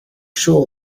sure